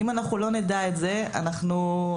אם לא נדע את זה לא נוכל לעזור.